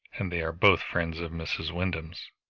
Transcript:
and they are both friends of mrs. wyndham's.